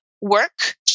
work